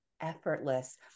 effortless